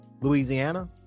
Louisiana